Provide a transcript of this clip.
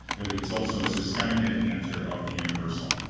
but it's also systemic enhancer of the universal.